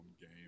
game